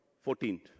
fourteen